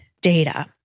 data